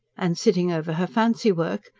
and sitting over her fancywork,